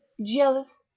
jealous,